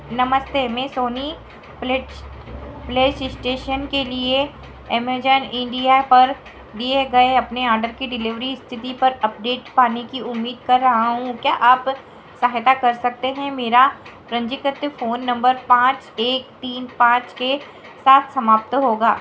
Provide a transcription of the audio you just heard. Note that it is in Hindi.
नमस्ते मैं सोनी प्ले प्लेसस्टेशन के लिए अमेज़न इण्डिया पर दिए गए अपने ऑर्डर की डिलीवरी इस्थिति पर अपडेट पाने की उम्मीद कर रहा हूँ क्या आप सहायता कर सकते हैं मेरा पन्जीकृत फ़ोन नम्बर पाँच एक तीन पाँच के साथ समाप्त होता है